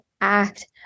act